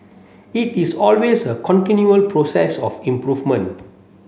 it is always a continual process of improvement